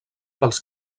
pels